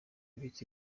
biti